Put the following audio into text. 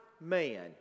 man